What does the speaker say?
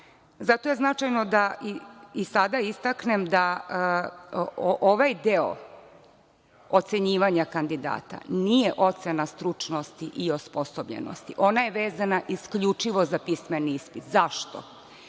Zato je značajno da i sada istaknem da ovaj deo ocenjivanja kandidata nije ocena stručnosti i osposobljenosti, ona je vezana isključivo za pismeni ispit. Zašto?